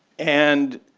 and